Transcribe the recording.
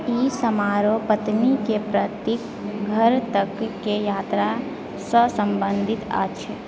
ई समारोह पत्नीके पतिक घर तकके यात्रासँ संबंधित अछि